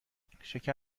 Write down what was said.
شکر